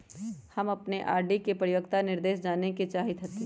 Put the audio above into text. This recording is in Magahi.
हम अपन आर.डी के परिपक्वता निर्देश जाने के चाहईत हती